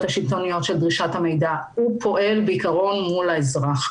השלטוניות של דרישת המידע והוא פועל בעיקרון מול האזרח.